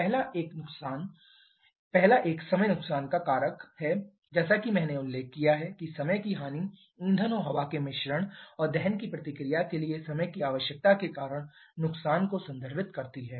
पहला एक समय नुकसान का कारक है जैसा कि मैंने उल्लेख किया है कि समय की हानि ईंधन और हवा के मिश्रण और दहन की प्रतिक्रिया के लिए समय की आवश्यकता के कारण नुकसान को संदर्भित करती है